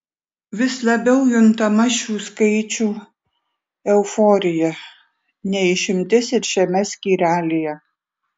vis labiau juntama šių skaičių euforija ne išimtis ir šiame skyrelyje